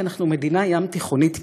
כי אנחנו מדינה ים-תיכונית כהה,